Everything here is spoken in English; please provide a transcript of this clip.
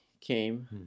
came